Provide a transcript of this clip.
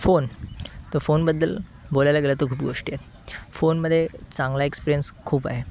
phone तर फोनबद्दल बोलायला गेलं तर खूप गोष्टी आहे फोनमध्ये चांगला एक्सप्रीअन्स खूप आहे